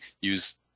use